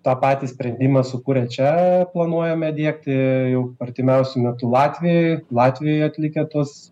tą patį sprendimą sukūrę čia planuojame diegti jau artimiausiu metu latvijoj latvijoje atlikę tuos